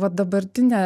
va dabartinė